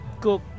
cook